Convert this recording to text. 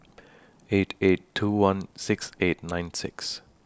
eight eight two one six eight nine six